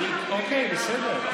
אוקיי, בסדר.